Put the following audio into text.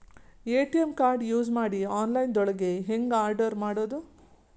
ATM card use ಮಾಡಿ online ದೊಳಗೆ ಹೆಂಗ್ ಆರ್ಡರ್ ಮಾಡುದು?